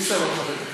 אפשר הפסקה.